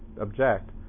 object